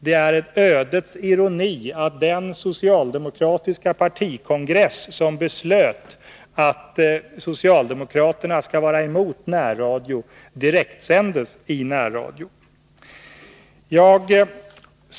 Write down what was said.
Det är en ödets ironi att den socialdemokratiska partikongress som beslöt att socialdemokraterna skall vara emot närradio direktsändes i närradion.